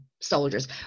soldiers